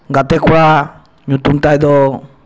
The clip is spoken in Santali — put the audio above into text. ᱜᱟᱛᱮ ᱠᱚᱲᱟ ᱧᱩᱛᱩᱢ ᱛᱟᱭ ᱫᱚ